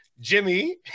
Jimmy